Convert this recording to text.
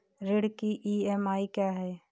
ऋण की ई.एम.आई क्या है?